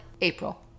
April